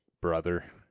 brother